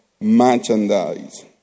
merchandise